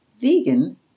vegan